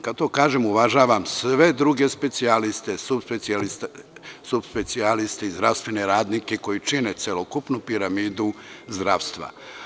Kada to kažem, uvažavam sve druge specijaliste, subspecijaliste i zdravstvene radnike koji čine celokupnu piramidu zdravstva.